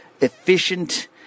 efficient